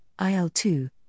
IL-2